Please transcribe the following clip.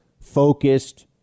focused